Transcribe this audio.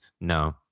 no